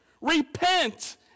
Repent